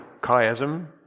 chiasm